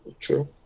True